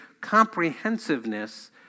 comprehensiveness